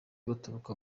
baturuka